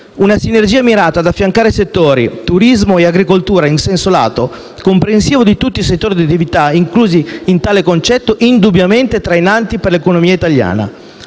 una sinergia mirata ad affiancare settori (turismo e agricoltura, in senso lato, comprensivo di tutti i settori di attività inclusi in tale concetto) indubbiamente trainanti per l'economia italiana,